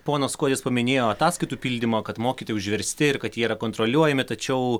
ponas kuodis paminėjo ataskaitų pildymą kad mokytojai užversti ir kad jie yra kontroliuojami tačiau